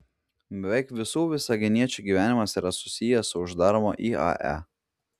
beveik visų visaginiečių gyvenimas yra susijęs su uždaroma iae